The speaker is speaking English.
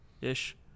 ish